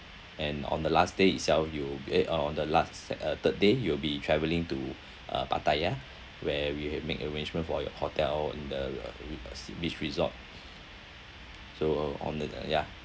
and on the last day itself you eh orh on the last s~ uh third day you'll be travelling to uh pattaya where we have make arrangement for your hotel in the beach resort so on the the yeah